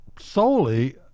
solely